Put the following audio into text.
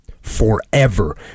forever